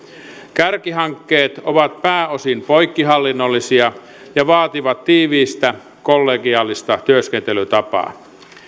kärkihankkeet ovat pääosin poikkihallinnollisia ja vaativat tiivistä kollegiaalista työskentelytapaa